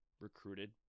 recruited